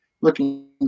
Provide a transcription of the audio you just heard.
looking